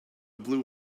blue